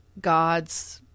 God's